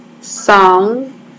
Song